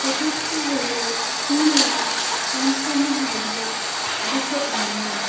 চতুর্থ হল তিন লাখ পঞ্চান্ন হাজার দুশো পঞ্চাশ